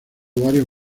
varios